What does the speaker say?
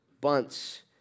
bunts